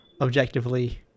objectively